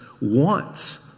wants